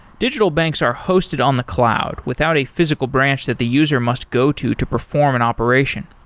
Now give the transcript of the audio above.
digital banks are hosted on the cloud without a physical branch that the user must go to to perform an operation.